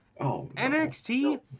NXT